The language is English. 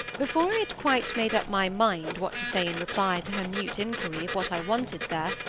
before i had quite made up my mind what to say in reply to her mute inquiry of what i wanted there,